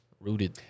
rooted